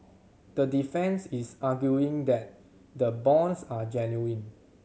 the defence is arguing that the bonds are genuine